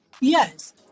yes